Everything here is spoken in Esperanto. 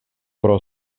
pro